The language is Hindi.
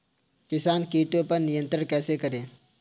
किसान कीटो पर नियंत्रण कैसे करें?